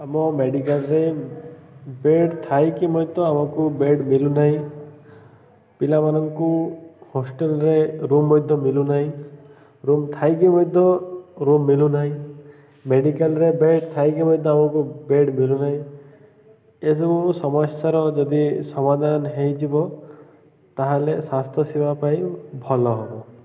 ଆମ ମେଡ଼ିକାଲ୍ରେ ବେଡ଼ ଥାଇକି ମଧ୍ୟ ଆମକୁ ବେଡ଼ ମିଳୁନାହିଁ ପିଲାମାନଙ୍କୁ ହୋଷ୍ଟେଲରେ ରୁମ୍ ମଧ୍ୟ ମିଳୁନାହିଁ ରୁମ୍ ଥାଇକି ମଧ୍ୟ ରୁମ୍ ମିଳୁନାହିଁ ମେଡ଼ିକାଲ୍ରେ ବେଡ଼ ଥାଇକି ମଧ୍ୟ ଆମକୁ ବେଡ଼ ମିଳୁନାହିଁ ଏସବୁ ସମସ୍ୟାର ଯଦି ସମାଧାନ ହେଇଯିବ ତାହେଲେ ସ୍ୱାସ୍ଥ୍ୟସେବା ପାଇଁ ଭଲ ହବ